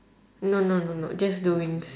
no no no no just the wings